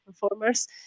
performers